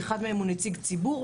אחד מהם הוא נציג ציבור,